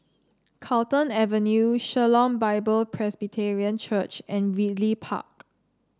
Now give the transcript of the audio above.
Carlton Avenue Shalom Bible Presbyterian Church and Ridley Park